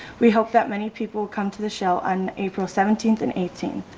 we hope that many people come to the show on april seventeenth and eighteenth.